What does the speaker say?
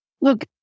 look